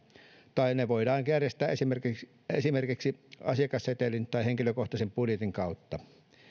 tai ne voidaan järjestää esimerkiksi esimerkiksi asiakassetelin tai henkilökohtaisen budjetin kautta